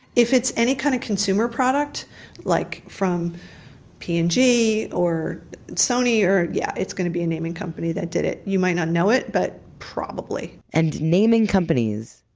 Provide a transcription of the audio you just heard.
if it's any kind of consumer product like from p and g or sony, or yeah, it's going to be a naming company that did it. you may not know it but, probably. and naming companies,